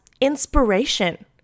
inspiration